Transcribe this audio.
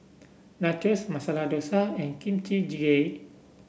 Nachos Masala Dosa and Kimchi Jjigae